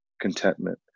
contentment